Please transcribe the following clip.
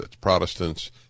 Protestants